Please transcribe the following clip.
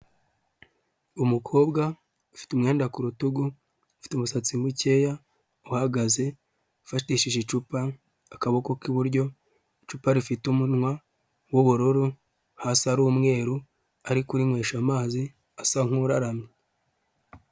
Umukobwa ufite umwenda ku rutugu, umusatsi mukeya, uhagaze, ufatishije icupa akaboko k'iburyo, icupa rifite umunwa w'ubururu, hasi ari umweru, ari kurinywesha amazi, asa nk'uraramye.